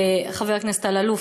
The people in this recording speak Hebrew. חבר הכנסת אלאלוף,